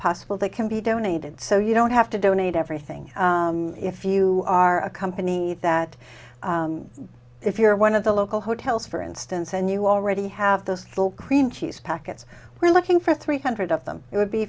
possible that can be donated so you don't have to donate everything if you are a company that if you're one of the local hotels for instance and you already have those little cream cheese packets we're looking for three hundred of them it would be